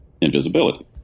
invisibility